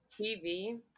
TV